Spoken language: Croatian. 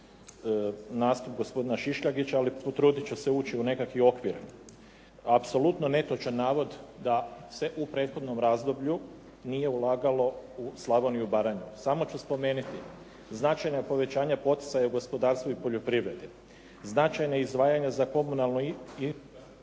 nastup gospodina Šišljagića ali potrudit ću se ući u nekakav okvir. Apsolutno netočan navod da se u prethodnom razdoblju nije ulagalo u Slavoniju i Baranju. Samo ću spomenuti značajna povećanja poticaja u gospodarsku i poljoprivredi, značajna izdvajanja za komunalnu